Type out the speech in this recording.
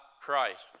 Christ